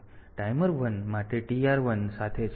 તેથી ટાઈમર 1 માટે TR1 સાથે છે